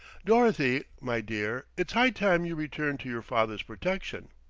dorothy, my dear, it's high time you returned to your father's protection.